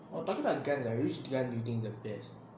oh talking about guns which gun you think is the best